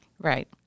Right